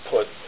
Put